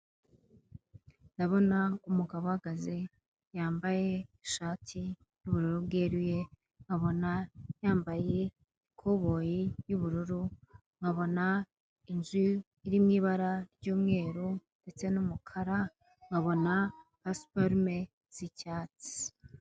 Iki ni cyumba cy'inama kirimo abantu benshi batandukanye, inyuma hari ibara ry'ubururu bicaye bose ku ntebe nziza cyane, kandi imbere yabo bose bafite indangururamajwi kugirango baze kumvikana, imbere yabo hari uyoboye iyi nama wambaye ikote ry'umukara ndetse n'ishati y'umweru ari kuvugira mu ndangururamajwi kugira ngo abakurikiye inama bose babashe kumwumva.